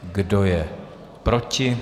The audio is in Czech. Kdo je proti?